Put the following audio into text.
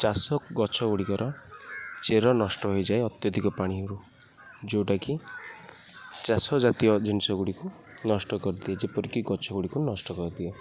ଚାଷ ଗଛ ଗୁଡ଼ିକର ଚେର ନଷ୍ଟ ହେଇଯାଏ ଅତ୍ୟଧିକ ପାଣିରୁ ଯେଉଁଟାକି ଚାଷ ଜାତୀୟ ଜିନିଷ ଗୁଡ଼ିକୁ ନଷ୍ଟ କରିଦିଏ ଯେପରିକି ଗଛ ଗୁଡ଼ିକୁ ନଷ୍ଟ କରିଦିଏ